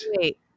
wait